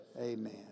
Amen